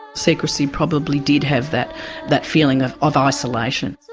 secrecy probably did have that that feeling of of isolation.